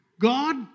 God